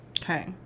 Okay